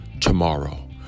tomorrow